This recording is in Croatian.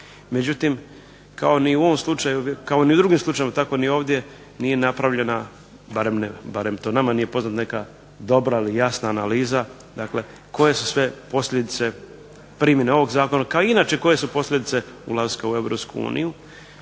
Međutim, kao i u drugim slučajevima tako ni ovdje nije napravljena barem to nama nije poznato neka dobra ali jasna analiza, dakle koje su sve posljedice primjene ovog zakona, kao inače koje su posljedice ulaska u EU.